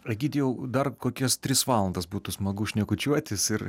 egidijau dar kokias tris valandas būtų smagu šnekučiuotis ir